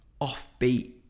offbeat